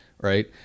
Right